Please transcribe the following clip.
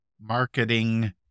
marketing